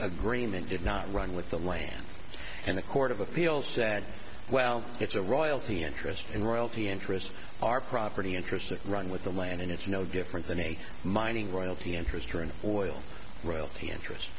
agreement did not run with the land and the court of appeals said well it's a royalty interest and royalty interests are property interests that run with the land and it's no different than a mining royalty interest or an oil royalty interest